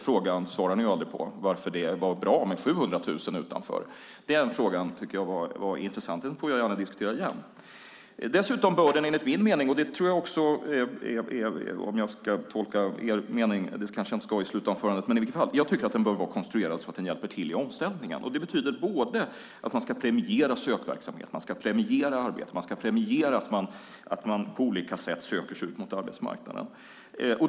Frågan varför det var bra med 700 000 utanför svarade ni aldrig på, men den tycker jag är intressant. Den diskuterar jag gärna igen. Enligt min och som jag tror också er mening - jag kanske inte ska försöka tolka den i slutanförandet, men i alla fall - bör den dessutom vara konstruerad så att den hjälper till i omställningen. Det betyder att den ska premiera sökverksamhet, premiera arbete och premiera att man på olika sätt söker sig ut mot arbetsmarknaden.